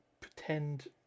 pretend